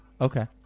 Okay